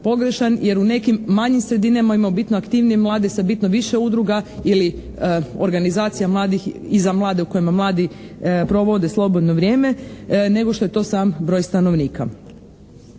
jer u nekim manjim sredinama ima bitno aktivnije mladih sa bitno više udruga ili organizacija mladih i za mlade u kojima mladi provode slobodno vrijeme nego što je to sam broj stanovnika.